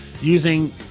using